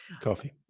Coffee